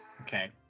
Okay